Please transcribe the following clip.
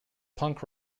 punk